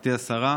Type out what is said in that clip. גברתי השרה.